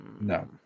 no